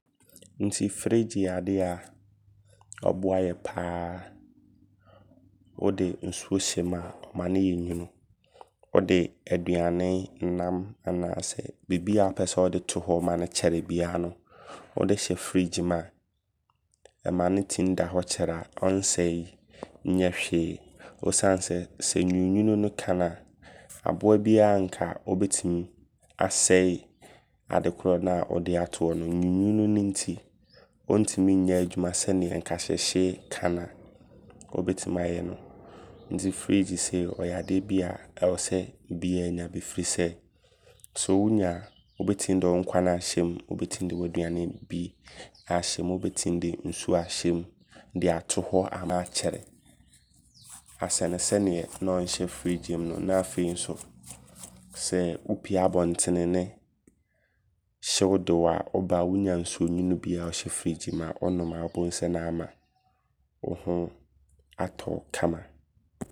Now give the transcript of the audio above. Nti fridge yɛ adeɛ ɔboayɛ paa. Wode nsuo hyɛm a ɔma no yɛ nwunu. Wode aduane, nnam anaasɛ bibiaa wopɛ sɛ wode to hɔ ma ne kyɛre biaa no wode hyɛ fridge mu a ɛma ne tim da hɔ kyɛre a ɔnsɛe nyɛ hwee. Osiane sɛ, sɛ nwununwunu no ka na a aboa biaa nka ɔbɛtim asɛe adekorɔ na wode ato hɔ nwununwunu no nti ɔntim nyɛ adwuma sɛneɛ nka hyeehyee ka na ɔbɛtim ayɛ no. Nti fridge sei ɔyɛ adeɛ bia ɛwɔ sɛ biaa nya bi. Firi sɛ, sɛ wonya a wobɛtim de wo nkwane ahyɛm. Wobɛtim de w'aduane bi aahyɛm. Wobɛtim de nsuo ahyɛm de ato hɔ ma na akyɛre. Asiane sɛneɛ ne ɔnhyɛ fridge mu no. Na afei nso sɛ wopie abɔntene ne hyew de wo a, wo ba a wonya nsuo nwunu bia ɔhyɛ fridge mu a wonom a wobɛhu sɛ na ama wo ho ato wo kama.